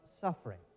suffering